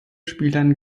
spielern